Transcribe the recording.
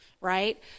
right